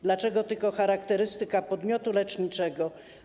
Dlaczego tylko charakterystyka podmiotu leczniczego?